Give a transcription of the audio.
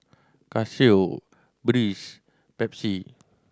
Casio Breeze Pepsi